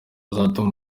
uzatuma